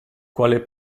quale